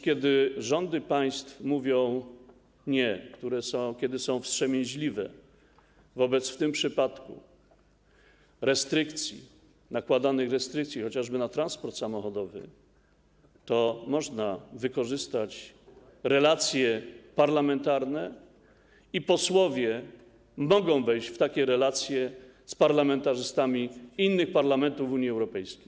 Kiedy rządy państw mówią: nie, kiedy są wstrzemięźliwe wobec np. w tym przypadku nakładanych restrykcji, chociażby na transport samochodowy, to można wykorzystać relacje parlamentarne i posłowie mogą wejść w takie relacje z parlamentarzystami innych parlamentów w Unii Europejskiej.